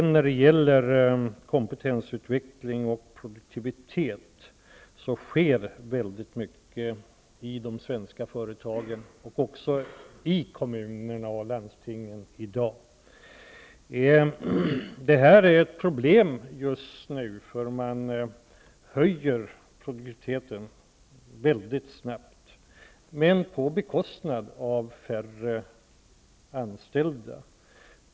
När det gäller kompetensutveckling och produktivitet sker väldigt mycket i de svenska företagen och också i kommunerna och landstingen i dag. Det här är ett problem, för man höjer produktiviteten väldigt snabbt, men på bekostnad av färre anställda.